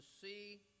see